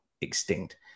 extinct